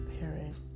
Parent